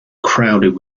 crowded